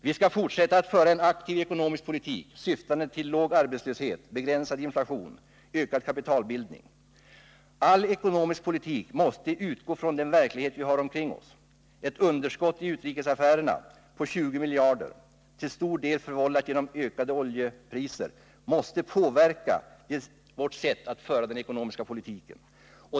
Vi skall fortsätta att föra en aktiv ekonomisk politik, syftande till låg arbetslöshet, begränsad inflation och ökad kapitalbildning. All ekonomisk politik måste utgå från den verklighet vi har omkring oss. Ett underskott i utrikesaffärerna på 20 miljarder, till stor del vållat av ökade oljepriser, måste påverka vårt sätt att föra den ekonomiska politiken.